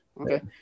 Okay